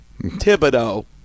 thibodeau